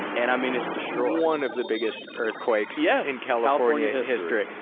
and i mean, it's destroyed. one of the biggest earthquakes yeah in california history.